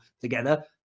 together